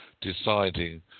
deciding